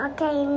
Okay